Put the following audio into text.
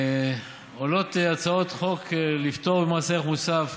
עולות הצעות חוק לפטור ממס ערך מוסף,